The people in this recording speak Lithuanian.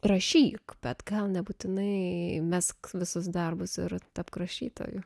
rašyk bet gal nebūtinai mesk visus darbus ir tapk rašytoju